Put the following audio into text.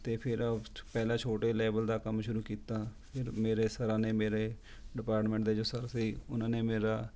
ਅਤੇ ਫਿਰ ਪਹਿਲਾਂ ਛੋਟੇ ਲੈਵਲ ਦਾ ਕੰਮ ਸ਼ੁਰੂ ਕੀਤਾ ਫਿਰ ਮੇਰੇ ਸਰਾਂ ਨੇ ਮੇਰੇ ਡਿਪਾਰਟਮੈਂਟ ਦੇ ਜੋ ਸਰ ਸੀ ਉਨ੍ਹਾਂ ਨੇ ਮੇਰਾ